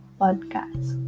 podcast